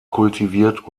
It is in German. kultiviert